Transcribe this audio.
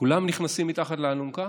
כולם נכנסים מתחת לאלונקה.